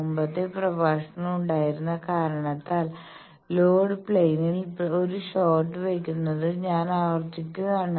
മുമ്പത്തെ പ്രഭാഷണത്തിൽ ഉണ്ടായിരുന്ന കാരണത്താൽ ലോഡ് പ്ലെയിനിൽ ഒരു ഷോർട്ട് വയ്ക്കുന്നത് ഞാൻ ആവർത്തിക്കുകയാണ്